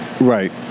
Right